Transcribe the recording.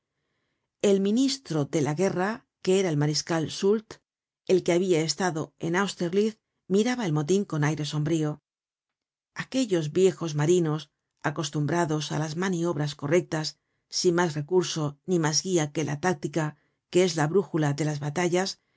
el ministro de la guerra que era el mariscal soult el que habia estado en austerlitz miraba el motin con aire sombrío aquellos viejos marinos acostumbrados á las maniobras correctas sin mas recurso ni mas guia que la táctica que es la brújula de las batallas